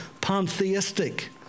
pantheistic